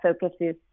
focuses